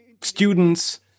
students